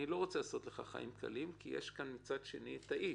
אני לא רוצה לעשות לך חיים קלים כי יש כאן מצד אחר את האיש,